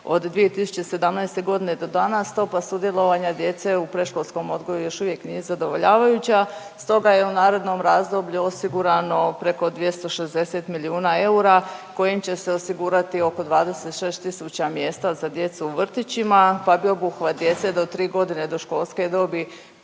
od 2017. godine do danas stopa sudjelovanja djece u predškolskom odgoju još uvijek nije zadovoljavajuća stoga je u narednom razdoblju osigurano preko 260 milijuna eura kojim će se osigurati oko 26 tisuća mjesta za djecu u vrtićima, pa bi obuhvat djece do 3 godine do školske dobi